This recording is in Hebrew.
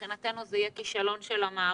מבחינתנו זה יהיה כישלון של המערכת.